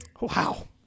Wow